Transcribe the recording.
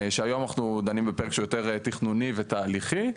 שהיום אנחנו דנים בפרק שהוא יותר תכנוני ותהליכי,